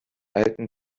alten